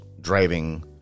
driving